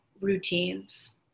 routines